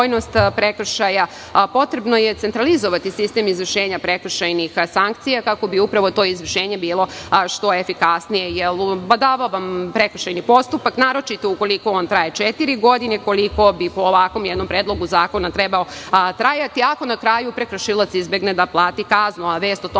prekršaja, potrebno je centralizovati sistem izvršenja prekršajnih sankcija kako bi to izvršenje bilo što efikasnije, jer badava vam prekršajni postupak, naročito ukoliko on traje četiri godine, koliko bi po ovakvom jednom Predlogu zakona trebao trajati, ako na kraju prekršilac izbegne da plati kaznu, a vest o tome